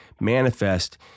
manifest